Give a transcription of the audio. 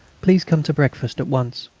please come to breakfast at once.